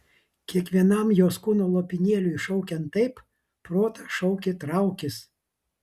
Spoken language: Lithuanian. kiekvienam jos kūno lopinėliui šaukiant taip protas šaukė traukis